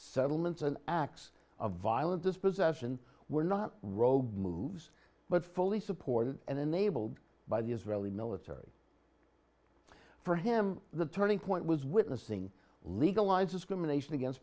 settlements and acts of violent dispossession were not rogue moves but fully supported and enabled by the israeli military for him the turning point was witnessing legalize discrimination against